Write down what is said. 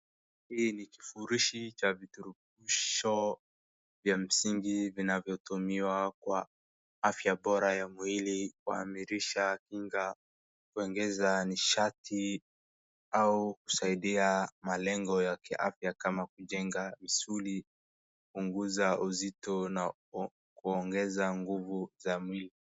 Hii ni kifurushi cha virutubisho vya msingi vinavyotumiwa kwa afya bora ya mwili kuimarisha kinga, kuongeza nishati au kusaidia malengo ya kiafya kama kujenga misuli, kupunguza uzito na kuongeza nguvu za mwili.